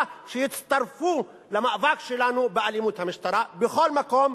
שיצטרפו למאבק שלנו באלימות המשטרה בכל מקום,